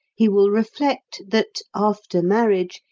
he will reflect that, after marriage,